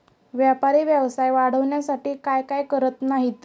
व्यापारी व्यवसाय वाढवण्यासाठी काय काय करत नाहीत